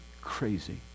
crazy